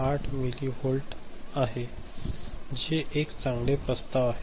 8 millivolt आहे जे एक चांगले प्रस्ताव आहे